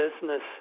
business